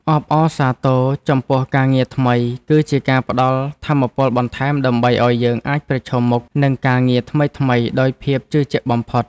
អបអរសាទរចំពោះការងារថ្មីគឺជាការផ្ដល់ថាមពលបន្ថែមដើម្បីឱ្យយើងអាចប្រឈមមុខនឹងការងារថ្មីៗដោយភាពជឿជាក់បំផុត។